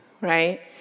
right